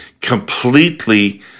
completely